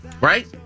right